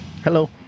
Hello